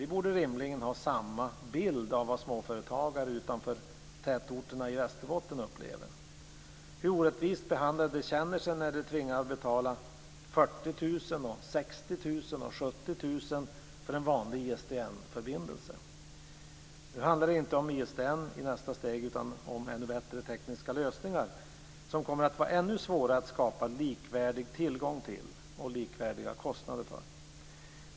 Vi borde rimligen ha samma bild av vad småföretagare utanför tätorterna i Västerbotten upplever, hur orättvist behandlade de känner sig när de tvingas att betala 40 000-70 000 kr för en vanlig ISDN-förbindelse. Nu handlar det inte om ISDN i nästa steg utan om ännu bättre tekniska lösningar som det kommer att vara ännu svårare att skapa likvärdig tillgång till och likvärdiga kostnader för.